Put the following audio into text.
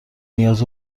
نیاز